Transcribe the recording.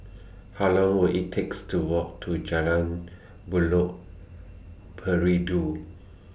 How Long Will IT takes to Walk to Jalan Buloh Perindu